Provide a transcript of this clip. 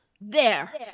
There